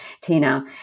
Tina